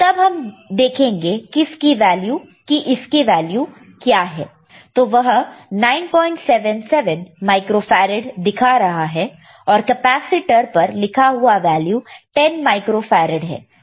तब हम देखेंगे किस की वैल्यू क्या है तो वह 977 माइक्रो फैरड दिखा रहा है और कैपेसिटर पर लिखा हुआ वैल्यू 10 माइक्रो फैरड है